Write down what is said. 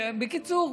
בקיצור,